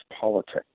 politics